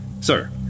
Sir